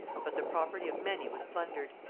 but the property of many was plundered.